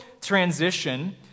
transition